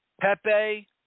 Pepe